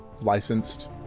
licensed